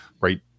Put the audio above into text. right